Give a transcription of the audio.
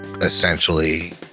essentially